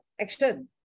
action